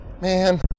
man